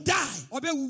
die